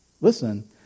listen